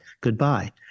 goodbye